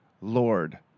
Lord